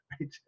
right